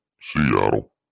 Seattle